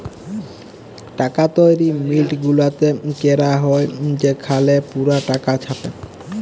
টাকা তৈরি মিল্ট গুলাতে ক্যরা হ্যয় সেখালে পুরা টাকা ছাপে